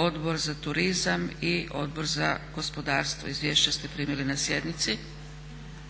Odbor za turizam i Odbor za gospodarstvo. Izvješća ste primili na sjednici.